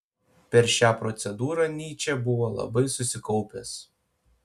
per šią procedūrą nyčė buvo labai susikaupęs